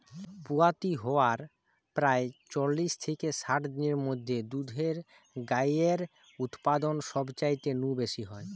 পুয়াতি হয়ার প্রায় চল্লিশ থিকে ষাট দিনের মধ্যে দুধেল গাইয়ের উতপাদন সবচাইতে নু বেশি হয়